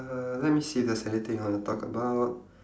uh let me see if there's anything I want to talk about